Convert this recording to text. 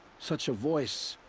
such a voice.